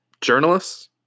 journalists